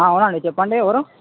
అవును అండి చెప్పండి ఎవరు